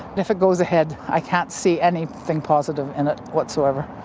if it goes ahead i can't see anything positive in it whatsoever.